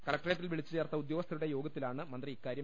കലക്ട്രേറ്റിൽ വിളിച്ചുചേർത്ത ഉദ്യോഗസ്ഥരുടെ യോഗത്തിലാണ് മന്ത്രി ഇക്കാര്യം